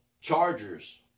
Chargers